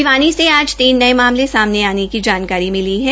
भिवानी से आज तीन नये मामले सामने की जानकारी मिली है